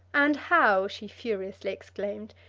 and how, she furiously exclaimed,